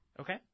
Okay